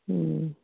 ꯎꯝ